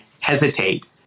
hesitate